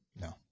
no